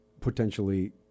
potentially –